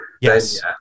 Yes